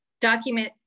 Document